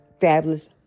fabulous